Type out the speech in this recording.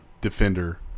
defender